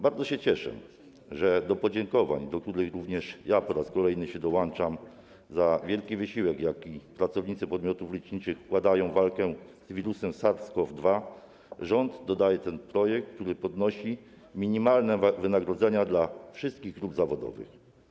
Bardzo się cieszę, że do podziękowań, do których również ja po raz kolejny się dołączam, za wielki wysiłek, jaki pracownicy podmiotów leczniczych wkładają w walkę z wirusem SARS-CoV-2, rząd dodaje ten projekt, który podnosi minimalne wynagrodzenia dla wszystkich grup zawodowych.